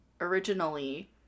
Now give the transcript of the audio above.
originally